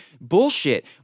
Bullshit